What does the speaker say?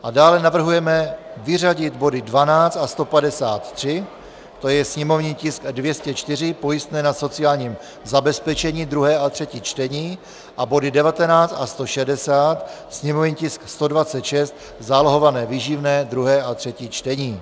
A dále navrhujeme vyřadit body 12 a 153, to je sněmovní tisk 204, pojistné na sociální zabezpečení, druhé a třetí čtení, a body 19 a 160, sněmovní tisk 126, zálohované výživné, druhé a třetí čtení.